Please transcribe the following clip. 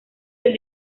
del